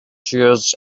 seers